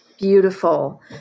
beautiful